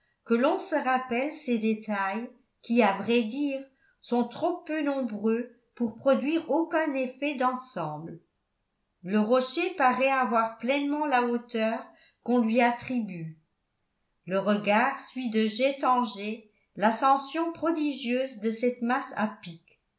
que l'on se rappelle ces détails qui à vrai dire sont trop peu nombreux pour produire aucun effet d'ensemble le rocher paraît avoir pleinement la hauteur qu'on lui attribue le regard suit de jet en jet l'ascension prodigieuse de cette masse à pic